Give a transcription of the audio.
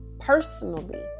personally